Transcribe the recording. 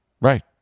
right